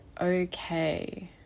okay